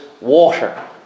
water